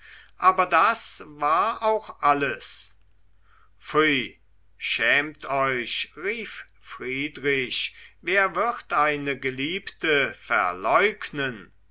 aber das war auch alles pfui schämt euch rief friedrich wer wird eine geliebte verleugnen